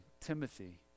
Timothy